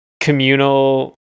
communal